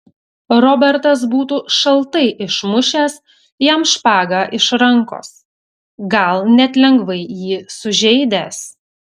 robertas būtų šaltai išmušęs jam špagą iš rankos gal net lengvai jį sužeidęs